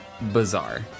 bizarre